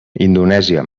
indonèsia